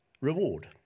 reward